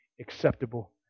acceptable